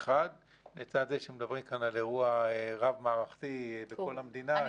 לצד זה שמדברים כאן על אירוע רב-מערכתי בכל המדינה,